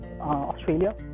Australia